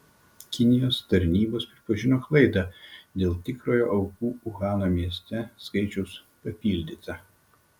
kinijos tarnybos pripažino klaidą dėl tikrojo aukų uhano mieste skaičiaus papildyta